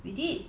we did